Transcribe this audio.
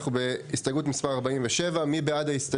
אנחנו בהסתייגות מספר 47. מי בעד?